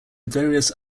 various